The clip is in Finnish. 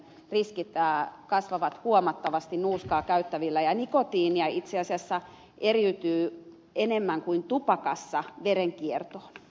syöpään sairastumisen riskit kasvavat huomattavasti nuuskaa käyttävillä ja nikotiinia itse asiassa eriytyy enemmän kuin tupakasta verenkiertoon